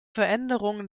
veränderungen